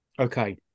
okay